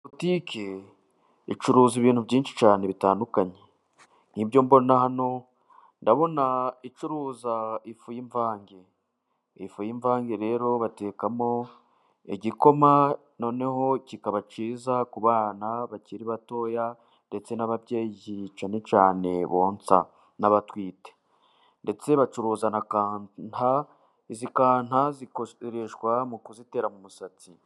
Butike icuruza ibintu byinshi cyane bitandukanye, ni byo mbona hano, ndabona icuruza ifu y'imvange. Ifu y'imvange rero batekamo igikoma ,noneho kikaba cyiza ku bana bakiri batoya ,ndetse n'ababyeyi cyane cyane bonsa n'abatwite ,ndetse bacuruza na kanta ,izi kanta zikoreshwa mu kuzitera mu musatsi.